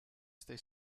stay